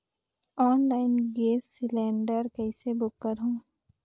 Online gas cylinder कइसे book करहु?